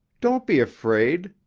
don't be afraid,